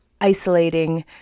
isolating